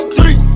Three